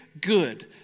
good